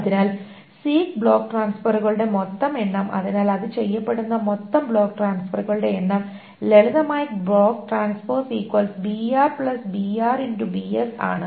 അതിനാൽ six block ട്രാൻസ്ഫെറുകളുടെ മൊത്തം എണ്ണം അതിനാൽ അത് ചെയ്യപ്പെടുന്ന മൊത്തം ബ്ലോക്ക് ട്രാൻസ്ഫറുകളുടെ എണ്ണം ലളിതമായി ആണ്